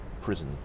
prison